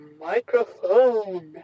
microphone